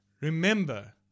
Remember